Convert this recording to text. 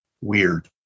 weird